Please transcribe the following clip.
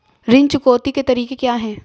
ऋण चुकौती के तरीके क्या हैं?